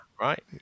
right